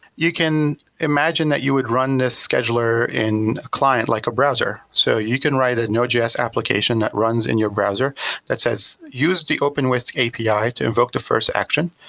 you can imagine that you would run this scheduler in a client like a browser. so you can write a node js application that runs in your browser that says, use the openwhisk api to invoke the first action,